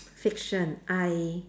fiction I